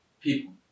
people